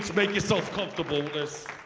make yourself comfortable miss